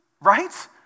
right